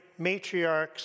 matriarchs